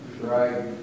Right